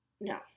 No